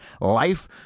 life